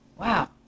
wow